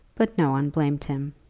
but no one blamed him.